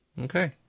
Okay